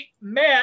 met